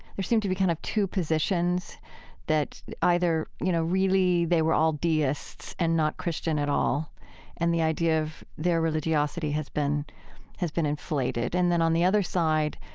there seem to be kind of two positions that either, you know, really they were all deists and not christian at all and the idea of their religiosity has been has been inflated. and then, on the other side,